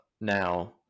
now